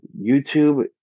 YouTube